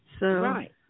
Right